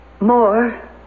more